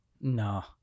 No